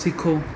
सिखो